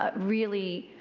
ah really